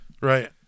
Right